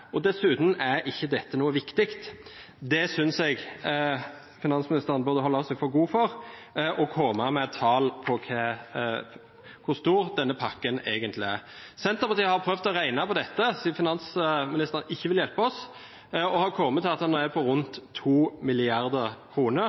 og dessuten er ikke dette noe viktig. Det synes jeg finansministeren burde holde seg for god for og komme med et tall på hvor stor denne pakken egentlig er. Senterpartiet har prøvd å regne på dette, siden finansministeren ikke vil hjelpe oss, og har kommet til at den er på rundt